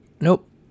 Nope